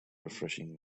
refreshing